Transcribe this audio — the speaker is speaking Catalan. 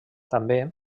també